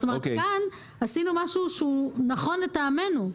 זאת אומרת, כאן, עשינו משהו שהוא נכון לטעמנו.